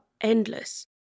endless